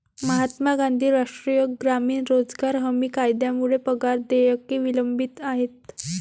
महात्मा गांधी राष्ट्रीय ग्रामीण रोजगार हमी कायद्यामुळे पगार देयके विलंबित आहेत